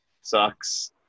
sucks